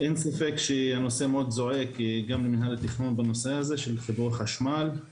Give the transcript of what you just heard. אצלנו שום, אפילו בחשיבה הכי רחוקה.